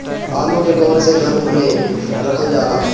आलू के कवन से घर मे रखल जाला?